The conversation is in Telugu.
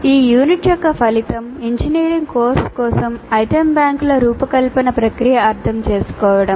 ఈ యూనిట్ యొక్క ఫలితం ఇంజనీరింగ్ కోర్సు కోసం ఐటెమ్ బ్యాంకుల రూపకల్పన ప్రక్రియను అర్థం చేసుకోవడం